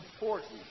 important